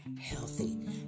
healthy